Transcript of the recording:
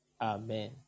amen